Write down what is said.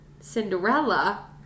Cinderella